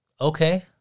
okay